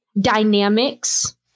Dynamics